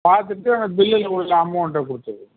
பார்த்துட்டு பில்லில் உள்ள அமௌண்ட்டை கொடுத்துருங்க